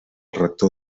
rector